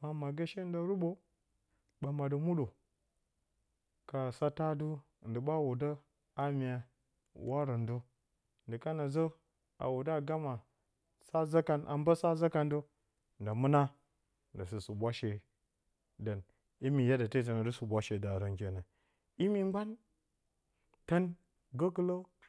ɓǝ maggǝ shee nda ruɓo ɓǝ maɗǝ muɗǝ ka satǝ atɨ ndi ɓa wudǝ haa mya warǝndǝ ndi kana zǝ a wuda gama sa zǝkan dǝ a mbǝǝ sa zǝkan dǝ nda mɨna nda sɨ suɓwashe dan. imi yanda te tǝna dɨ suɓwashe daarǝn kenan. Imi mgban, tǝn gǝkɨlǝ